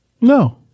No